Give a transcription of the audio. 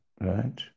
right